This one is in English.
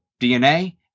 DNA